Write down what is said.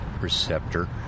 receptor